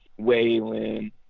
Waylon